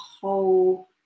whole